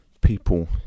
people